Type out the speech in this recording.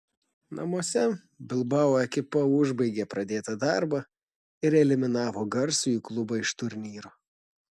namuose bilbao ekipa užbaigė pradėtą darbą ir eliminavo garsųjį klubą iš turnyro